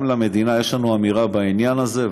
גם למדינה יש אמירה בעניין הזה,